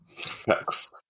Thanks